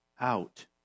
out